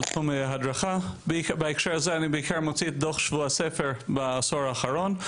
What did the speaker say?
בהקשר הזה אני בעיקר מוציא את דוח שבוע הספר בעשור האחרון.